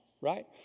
right